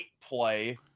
play